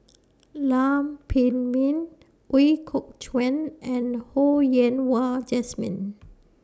Lam Pin Min Ooi Kok Chuen and Ho Yen Wah Jesmine